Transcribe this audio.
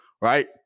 right